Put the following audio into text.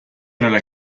nella